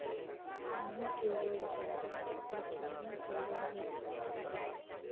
हमनी के रोगजागर खातिर कितना का लोन मिलता सके?